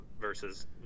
versus